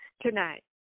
tonight